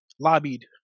lobbied